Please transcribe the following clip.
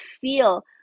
feel